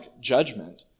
judgment